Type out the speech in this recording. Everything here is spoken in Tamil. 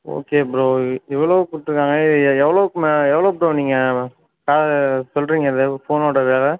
ஓகே ப்ரோ எவ்வளோ போட்டிருக்காங்க எவ்வளோக்கு மே எவ்வளோ ப்ரோ நீங்கள் சொல்லறீங்க இந்த ஃபோனோட விலை